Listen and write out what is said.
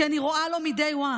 כי אני רואה לו מ-day one.